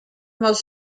most